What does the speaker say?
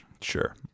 Sure